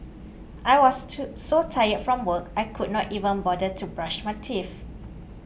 I was to so tired from work I could not even bother to brush my teeth